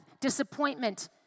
disappointment